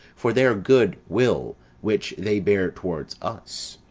for their good will which they bear towards us.